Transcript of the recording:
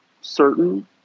certain